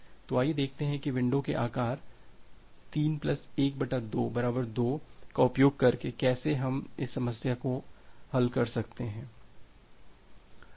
तो आइए देखते हैं कि विंडो के आकार 3 1 2 2 का उपयोग करके कैसे हम समस्या को हल कर सकते हैं